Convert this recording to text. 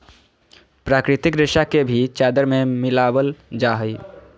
प्राकृतिक रेशा के भी चादर में मिलाबल जा हइ